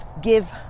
give